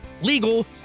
legal